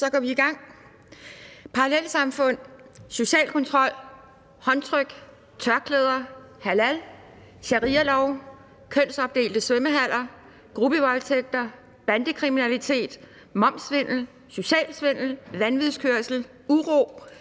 Så går vi i gang. Parallelsamfund, social kontrol, håndtryk, tørklæder, halal, sharialov, kønsopdelte svømmehaller, gruppevoldtægter, bandekriminalitet, momssvindel, social svindel, vanvidskørsel, uro,